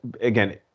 again